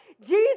Jesus